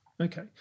Okay